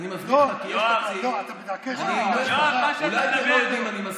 כולם רוצים אותו דבר.